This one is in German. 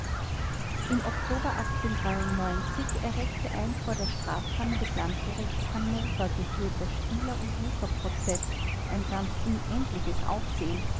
im oktober erregte ein vor der strafkammer des landgerichts hannover geführter spieler und wucherprozeß ein ganz unendliches aufsehen